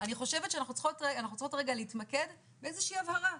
אני חושבת שאנחנו צריכות רגע להתמקד באיזושהי הבהרה.